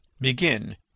begin